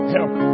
Help